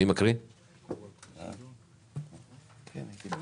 תקנות לעידוד